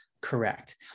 correct